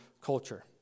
culture